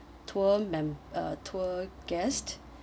tour mem~ uh tour guest